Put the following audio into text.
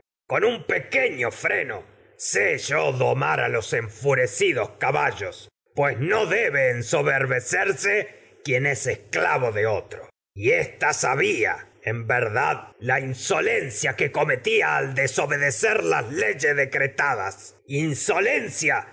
un peque sé yo domar los enfurecidos es caballos pues no debe ensoberbecerse quien esclavo de otro y ésta al desobe sabia decer el en las verdad la insolencia que cometía leyes decretadas insolencia